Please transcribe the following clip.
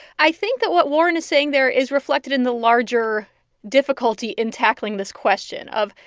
i think that what warren is saying there is reflected in the larger difficulty in tackling this question of,